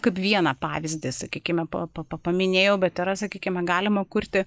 kaip vieną pavyzdį sakykime pa pa pa paminėjau bet yra sakykime galima kurti